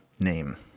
name